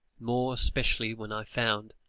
more especially when i found